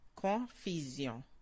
Confusion